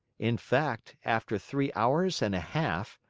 in fact, after three hours and a half,